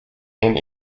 and